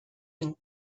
and